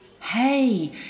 Hey